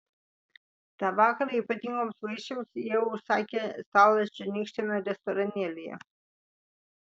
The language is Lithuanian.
tą vakarą ypatingoms vaišėms jie užsakė stalą čionykščiame restoranėlyje